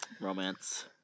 Romance